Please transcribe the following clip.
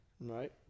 right